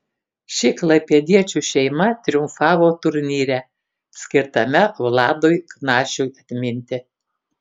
ši klaipėdiečių šeima triumfavo turnyre skirtame vladui knašiui atminti